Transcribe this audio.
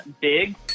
Big